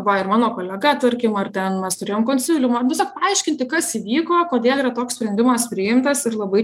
va ir mano kolega tarkim ar ten mes turėjom konsiliumą tiesiog paaiškinti kas įvyko kodėl yra toks sprendimas priimtas ir labai